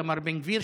איתמר בן גביר,